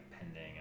pending